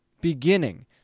beginning